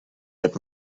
get